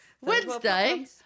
Wednesday